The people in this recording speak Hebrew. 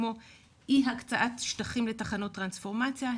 כמו אי הקצאת שטחים לתחנות טרנספורמציה,